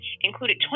included